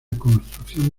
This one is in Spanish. construcción